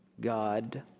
God